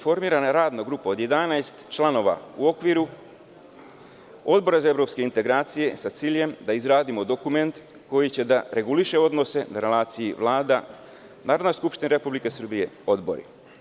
Formirana je radna grupa 29. avgusta ove godine od 11 članova u okviru Odbora za evropske integracije, sa ciljem da izradimo dokument koji će da reguliše odnose na relaciji Vlada – Narodna skupština Republike Srbije – odbori.